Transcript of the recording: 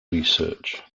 research